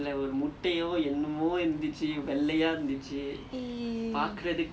oh ya you are suppose to vomit at the drain ya ya ya ya